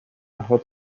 hot